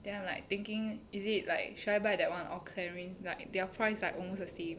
then I'm like thinking is it like should I buy that [one] or Clarions like their price like almost the same